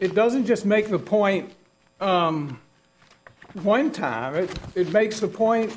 it doesn't just make the point one time it makes the point